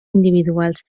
individuals